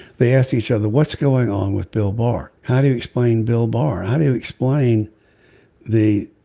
they asked each other what's going on with bill barr. how do you explain bill barr how do you explain the.